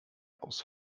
aus